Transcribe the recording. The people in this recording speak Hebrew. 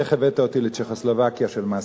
איך הבאת אותי לצ'כוסלובקיה של מסריק.